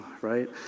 right